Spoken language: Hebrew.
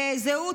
זהות